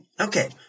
okay